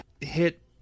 hit